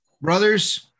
Brothers